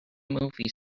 movie